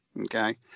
okay